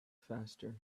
faster